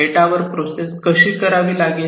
data वर process कशी करावी लागेल